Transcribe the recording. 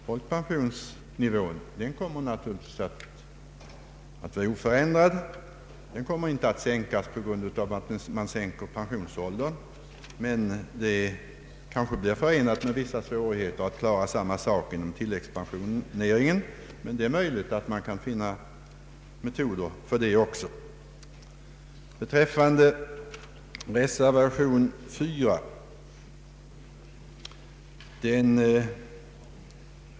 Folkpensionsnivån däremot kommer naturligtvis att bli oförändrad; den kommer inte att sänkas på grund av en sänkt pensionsålder. Men det kommer kanske att bli förenat med vissa svårigheter att klara detta inom tilläggspensioneringen, fast det är möjligt att man kan finna en utväg även där.